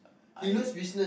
I